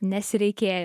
nes reikėjo